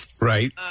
Right